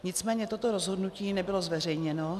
Nicméně toto rozhodnutí nebylo zveřejněno.